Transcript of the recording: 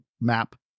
map